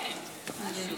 בבקשה.